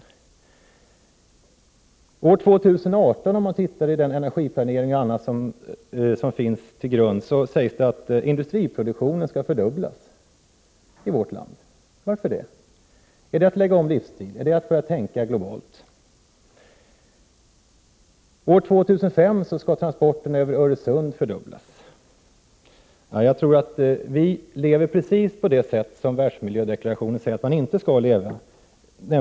Till år 2018 — det framgår av bl.a. den energiplanering som finns — skall industriproduktionen fördubblas. Varför det? Är det att lägga om livsstil? Är det att börja tänka globalt? Till år 2005 skall transporterna över Öresund fördubblas. Jag tror faktiskt att vi lever precis på det sätt som världsmiljödeklarationen säger att vi inte skallleva på.